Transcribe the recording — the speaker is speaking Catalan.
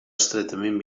estretament